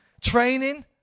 training